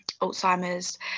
alzheimer's